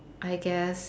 I guess